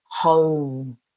home